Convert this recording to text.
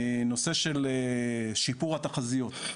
הנושא של שיפור התחזיות,